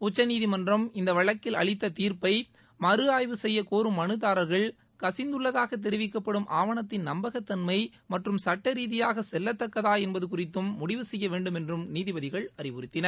உச்சநீதிமன்றம் இந்த வழக்கில் அளித்த தீர்ப்பை மறுஆய்வு செய்ய கோரும் மனுதாராகள் கசிந்துள்ளதாக தெரிவிக்கப்படும் ஆவணத்தின் நம்பகதன்மை மற்றும் சட்டரீதியாக செல்லதக்கதாக என்பது குறித்தும் முடிவு செய்யவேண்டுமென்றும் நீதிபதிகள் அறிவுறுத்தின